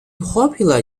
popular